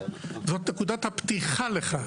זאת נקודת הפתיחה לכך.